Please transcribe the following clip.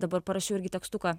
dabar parašiau irgi tekstuką